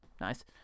nice